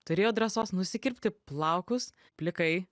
turėjo drąsos nusikirpti plaukus plikai